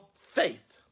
faith